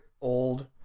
old